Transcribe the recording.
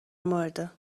مورد